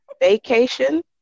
vacation